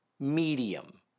medium